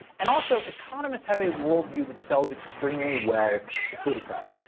and also economists have a world view that sells extremely well to plutocrats.